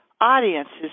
audiences